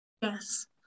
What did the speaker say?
yes